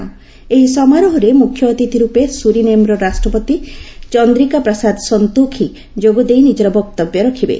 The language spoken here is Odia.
' ଏହି ସମାରୋହରେ ମୁଖ୍ୟଅତିଥି ରୂପେ ସୁରିନେମର ରାଷ୍ଟ୍ରପତି ଚନ୍ଦ୍ରିକା ପ୍ରସାଦ ସନ୍ତୋଖୀ ଯୋଗଦେଇ ନିଜର ବକ୍ତବ୍ୟ ରଖିବେ